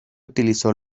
utilizó